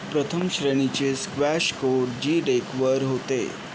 प्रथम श्रेणीचे squash court जी डेकवर होते